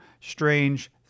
strange